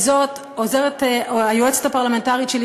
וזאת היועצת הפרלמנטרית שלי,